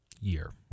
year